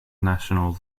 national